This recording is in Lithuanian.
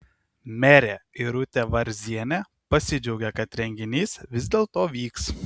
merė irutė varzienė pasidžiaugė kad renginys vis dėlto vyks